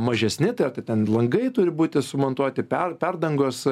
mažesni tai ar ten langai turi būti sumontuoti per perdangos